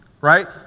Right